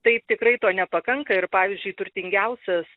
taip tikrai to nepakanka ir pavyzdžiui turtingiausias